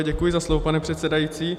Děkuji za slovo, pane předsedající.